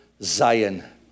Zion